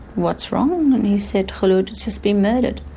what's wrong and he said khulod's just been murdered.